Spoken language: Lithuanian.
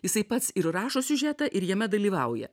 jisai pats ir rašo siužetą ir jame dalyvauja